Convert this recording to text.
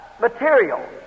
material